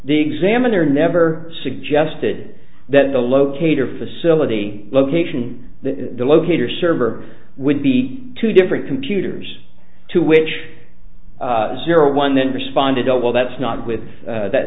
the examiner never suggested that the locator facility location that the locator server would be two different computers to which zero one then responded oh well that's not with that